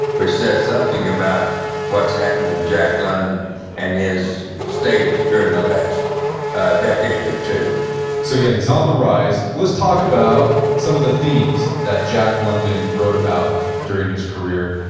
which says something about what's happening to jack london and his status during the last decade or two so, yeah, he's on the rise. let's talk about some of the themes that jack london wrote about during his career.